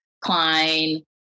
Klein